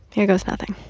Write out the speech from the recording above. here goes nothing